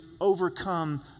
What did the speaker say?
overcome